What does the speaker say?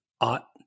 ought